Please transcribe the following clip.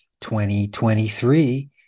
2023